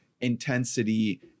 intensity